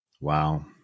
Wow